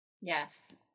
Yes